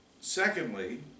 Secondly